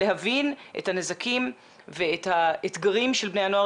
להבין את הנזקים ואת האתגרים של בני הנוער